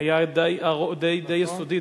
היה די יסודי,